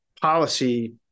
policy